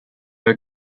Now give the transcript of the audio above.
her